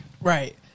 Right